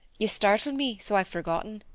you startled me so i've forgotten.